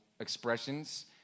expressions